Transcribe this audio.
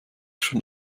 schon